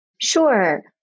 Sure